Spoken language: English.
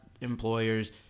employers